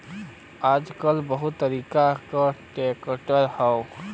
आजकल बहुत तरीके क ट्रैक्टर हौ